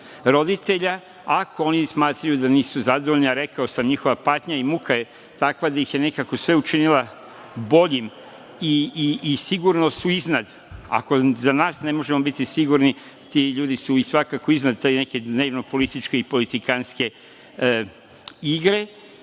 roditelja. Ako oni smatraju da nisu zadovoljni, a rekao sam da je njihova patnja i muka takva da ih je nekako sve učinila boljim i sigurno su iznad, ako za nas ne možemo biti sigurni, ti ljudi su svakako iznad te neke dnevno političke i politikanske igre,